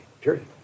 period